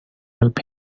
help